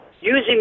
using